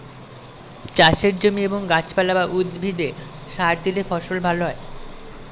চাষের জমি এবং গাছপালা বা উদ্ভিদে সার দিলে ফসল ভালো হয়